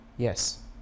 Yes